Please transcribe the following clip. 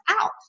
out